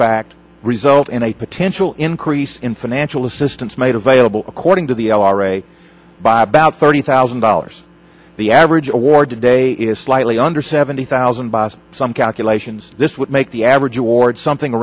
fact result in a potential increase in financial assistance made available according to the ira by about thirty thousand dollars the average award today is slightly under seventy thousand by some calculations this would make the average award something